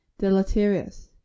deleterious